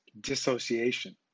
dissociation